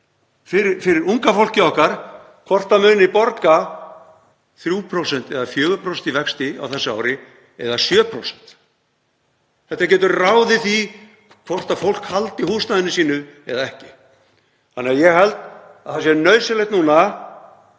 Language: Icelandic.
fyrir unga fólkið okkar, hvort það muni borga 3%–4% í vexti á þessu ári eða 7%. Þetta getur ráðið því hvort fólk haldi húsnæðinu sínu eða ekki, þannig að ég held að það sé nauðsynlegt núna